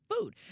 food